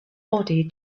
body